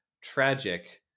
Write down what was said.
tragic